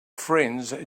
friends